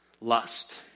lust